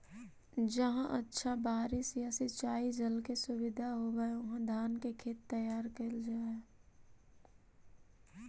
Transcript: जहाँ अच्छा बारिश या सिंचाई जल के सुविधा होवऽ हइ, उहाँ धान के खेत तैयार कैल जा हइ